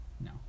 No